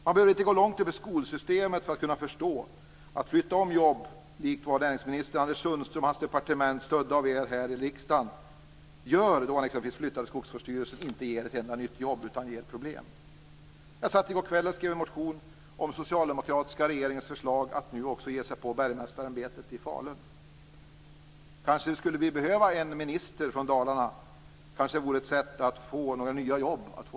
Man behöver inte ha kommit långt i skolsystemet för att förstå, att en omflyttning av jobb inte skapar ett enda nytt jobb utan bara problem - likt vad näringsminister Anders Sundström och hans departement, stödda av er i riksdagen, gjorde då han lät tvångsförflytta Skogsvårdsstyrelsen. Jag skrev i går kväll en motion om den socialdemokratiska regeringens förslag att nu också ge sig på Bergmästareämbetet i Falun. Vi kanske skulle behöva en minister från Dalarna. Det kanske vore ett sätt att få behålla jobben.